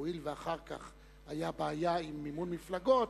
הואיל ואחר כך היתה בעיה עם מימון מפלגות,